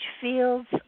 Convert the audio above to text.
fields